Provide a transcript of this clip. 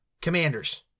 Commanders